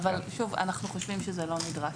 שוב, אנחנו חושבים שזה לא נדרש.